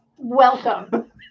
welcome